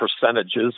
percentages